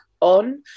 on